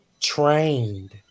trained